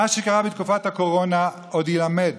מה שקרה בתקופת הקורונה עוד יילמד